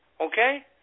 okay